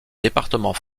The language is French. département